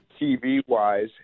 TV-wise